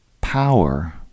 power